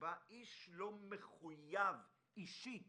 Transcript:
שבה איש לא מחויב אישית